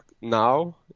now